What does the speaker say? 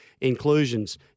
inclusions